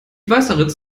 weißeritz